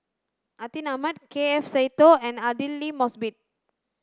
Atin Amat K F Seetoh and Aidli Mosbit